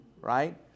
right